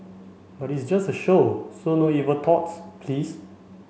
but it's just a show so no evil thoughts please